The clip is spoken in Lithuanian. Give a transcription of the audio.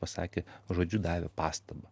pasakė žodžiu davė pastabą